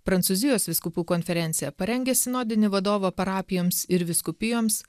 prancūzijos vyskupų konferencija parengė sinodinį vadovą parapijoms ir vyskupijoms